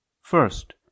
First